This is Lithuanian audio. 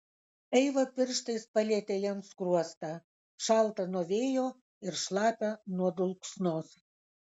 eiva pirštais palietė jam skruostą šaltą nuo vėjo ir šlapią nuo dulksnos